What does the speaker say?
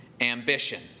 ambition